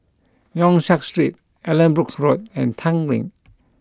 Yong Siak Street Allanbrooke Road and Tanglin